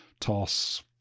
toss